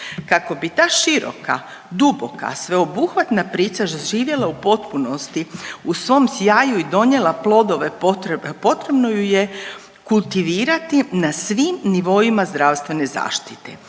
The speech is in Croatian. Kako bi ta široka, duboka, sveobuhvatna priča zaživjela u potpunosti u svom sjaju i donijela plodove potrebe, potrebno ju je kultivirati na svim nivoima zdravstvene zaštite,